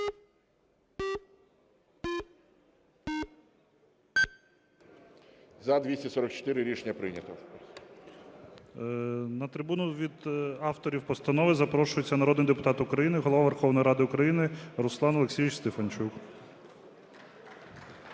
11:41:29 ГОЛОВУЮЧИЙ. На трибуну від авторів Постанови запрошується народний депутат України Голова Верховної Ради України Руслан Олексійович Стефанчук.